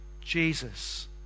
Jesus